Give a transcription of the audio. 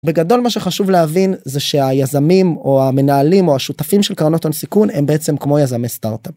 בגדול מה שחשוב להבין זה שהיזמים או המנהלים או השותפים של קרנות הון סיכון הם בעצם כמו יזמי סטארטאפ.